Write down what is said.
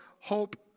Hope